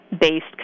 based